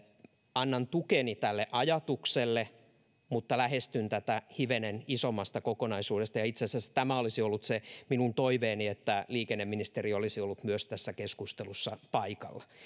annan tukeni tälle ajatukselle mutta lähestyn tätä hivenen isommasta kokonaisuudesta ja tämän vuoksi olisi ollut toiveeni että myös liikenneministeri olisi ollut tässä keskustelussa paikalla